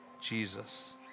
Jesus